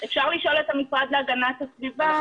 אפשר לשאול את המשרד להגנת הסביבה.